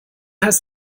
heißt